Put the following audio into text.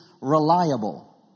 reliable